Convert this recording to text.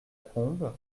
combe